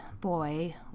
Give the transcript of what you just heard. boy